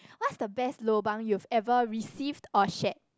what's the best lobang you've ever received or shared